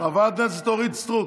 חברת הכנסת אורית סטרוק.